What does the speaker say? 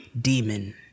demon